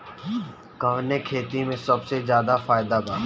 कवने खेती में सबसे ज्यादा फायदा बा?